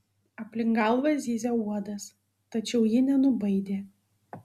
aplink galvą zyzė uodas tačiau ji nenubaidė